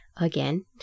Again